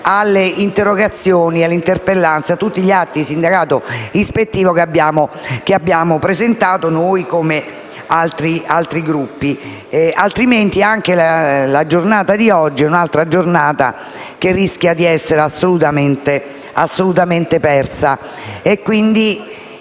alle interrogazioni e alle interpellanze, ovvero a tutti gli atti di sindacato ispettivo che abbiamo presentato noi, così come altri Gruppi, altrimenti anche quella di oggi è un'altra giornata che rischia di essere assolutamente persa.